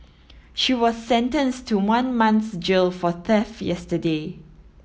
she was sentenced to one month's jail for theft yesterday